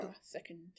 second